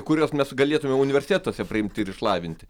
kuriuos mes galėtumėme universitetuose priimti ir išlavinti